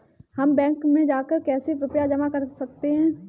हम बैंक में जाकर कैसे रुपया जमा कर सकते हैं?